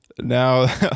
Now